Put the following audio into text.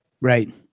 right